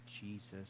Jesus